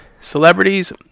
celebrities